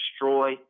destroy